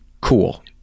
cool